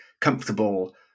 comfortable